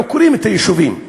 עוקרים את היישובים.